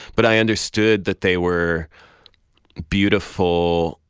but i understood that they were beautiful,